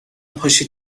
پاشید